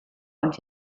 und